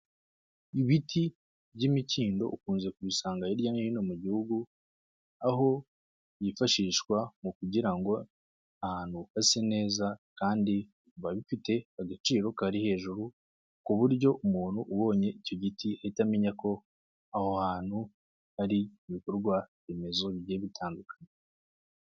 Ibiti by'imikindo ukunze kubisanga hirya no hino mu gihugu, aho byifashishwa mu kugira ngo ahantu hase neza kandi biba bifite agaciro kari hejuru, ku buryo umuntu ubonye icyo giti ahita amenya ko aho hantu hari ibikorwaremezo bigiye bitandukanye.